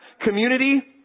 community